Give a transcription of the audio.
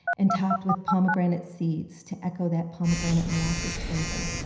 and topped with pomegranate seeds to echo that pomegranate molasses flavor.